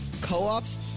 co-op's